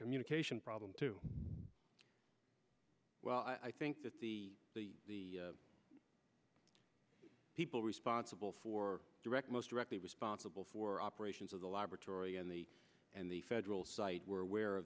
communication problem too well i think that the the the people responsible for direct most directly responsible for operations of the laboratory and the and the federal site were